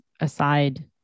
aside